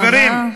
חברים,